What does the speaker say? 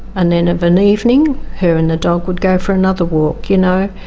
and then of an evening her and the dog would go for another walk, you know?